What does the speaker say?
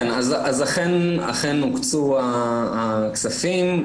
אכן הוקצו הכספים.